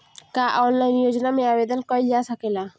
का ऑनलाइन योजना में आवेदन कईल जा सकेला?